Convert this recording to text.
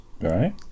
Right